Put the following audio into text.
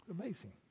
Amazing